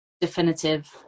definitive